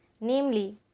namely